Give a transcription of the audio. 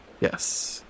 Yes